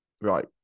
right